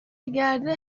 گرده